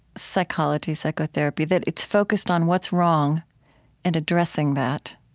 psychology, psychotherapy, that it's focused on what's wrong and addressing that.